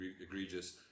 egregious